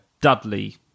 Dudley